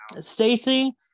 Stacey